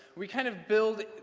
we kind of build,